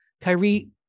Kyrie